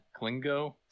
Klingo